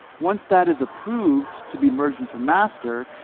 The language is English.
once that is approved to be merged into master,